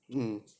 mm